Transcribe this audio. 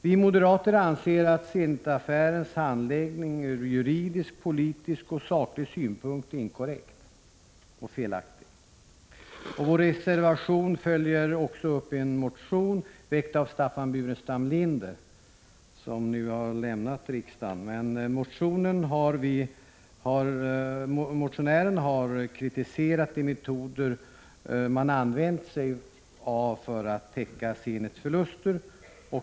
Vi moderater anser att Zenitaffärens handläggning ur juridisk, politisk och saklig synpunkt är inkorrekt och felaktig. I vår reservation följer vi också upp en motion väckt av Staffan Burenstam Linder — som nu har lämnat riksdagen — där han kritiserar de metoder som användes för att täcka Zenits förluster.